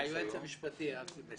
היועץ המשפטי אסי מסינג,